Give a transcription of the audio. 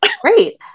great